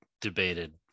debated